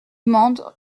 mende